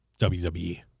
WWE